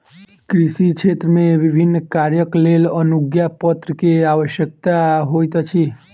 कृषि क्षेत्र मे विभिन्न कार्यक लेल अनुज्ञापत्र के आवश्यकता होइत अछि